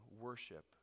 worship